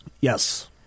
yes